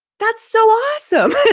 that's so awesome.